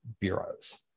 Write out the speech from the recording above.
bureaus